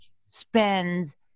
spends